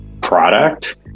product